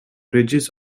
bridges